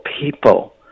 people